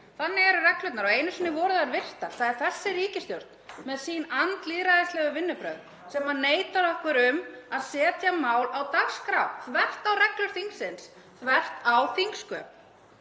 Þannig eru reglurnar og einu sinni voru þær virtar. Það er þessi ríkisstjórn með sín andlýðræðislegu vinnubrögð sem neitar okkur um að setja mál á dagskrá, þvert á reglur þingsins, þvert á þingsköp.